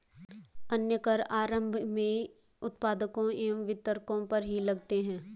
अन्य कर आरम्भ में उत्पादकों एवं वितरकों पर ही लगते हैं